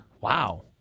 Wow